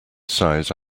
size